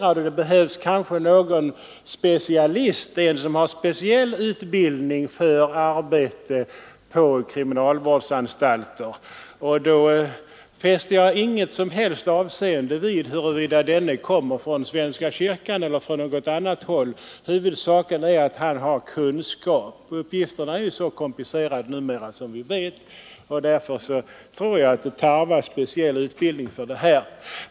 Kanske kan det behövas någon specialist, någon som har särskild utbildning för arbetet på kriminalvårdsanstalter. Jag fäster då inget som helst avseende vid huruvida denne kommer från svenska kyrkan eller något annat samfund. Huvudsaken är att han har kunskaper för sina uppgifter, eftersom dessa numera är så komplicerade. Vi vet att det tarvas speciell utbildning för dem.